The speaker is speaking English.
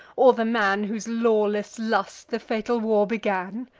or the man whose lawless lust the fatal war began?